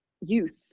youth